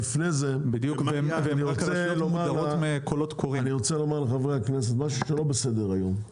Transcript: לפני זה אני רוצה לומר לחברי הכנסת משהו שלא בסדר היום,